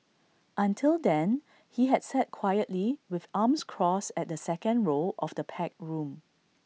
until then he had sat quietly with arms crossed at the second row of the packed room